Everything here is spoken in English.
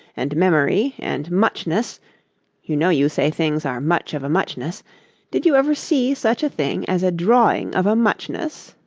and memory, and muchness you know you say things are much of a muchness did you ever see such a thing as a drawing of a muchness